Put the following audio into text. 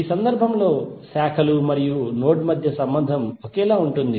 ఈ సందర్భంలో బ్రాంచ్ లు మరియు నోడ్ మధ్య సంబంధం ఒకేలా ఉంటుంది